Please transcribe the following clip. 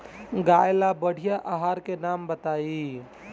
गाय ला बढ़िया आहार के नाम बताई?